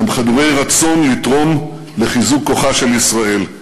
הם חדורי רצון לתרום לחיזוק כוחה של ישראל,